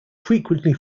frequently